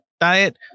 diet